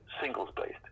singles-based